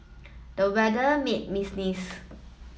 the weather made me sneeze